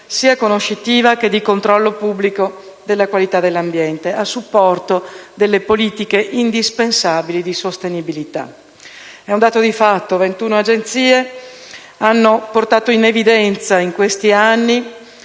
sia conoscitiva, che di controllo pubblico della qualità dell'ambiente, a supporto delle politiche indispensabili di sostenibilità. È un dato di fatto come 21 Agenzie abbiano portato in evidenza in questi anni